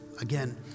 Again